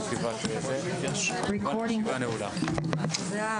הישיבה ננעלה בשעה